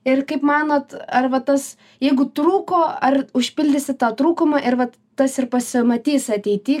ir kaip manot ar va tas jeigu trūko ar užpildysit tą trūkumą ir vat tas ir pasimatys ateity